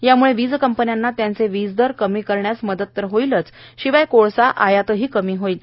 याम्ळे वीज कंपन्यांना त्यांचे वीज दर कमी करण्यास मदत तर होइलच शिवाय कोळसा आयातही कमी होईल